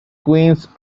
queens